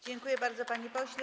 Dziękuję bardzo, panie pośle.